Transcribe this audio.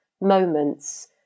moments